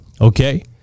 Okay